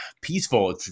peaceful